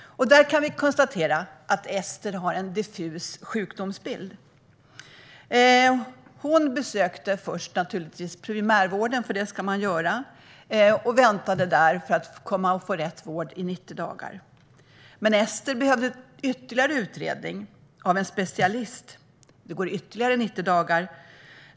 Vi kan konstatera att Ester har en diffus sjukdomsbild. Hon besökte naturligtvis primärvården först, för det ska man göra. Där väntade hon i 90 dagar på att få rätt vård. Men Ester behövde ytterligare utredning, av en specialist. Det gick ytterligare 90 dagar.